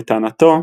לטענתו,